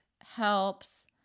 helps